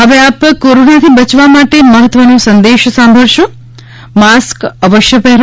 હવે આપ કોરોનાથી બચવા માટે મહત્વનો સંદેશ સાંભળશો માસ્ક અવશ્ય પહેરો